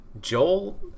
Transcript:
Joel